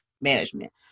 management